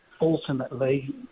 ultimately